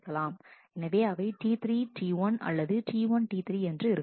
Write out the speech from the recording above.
எனவே அவை T3 T1 அல்லது T1 T3 என்று இருக்கலாம்